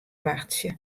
wachtsje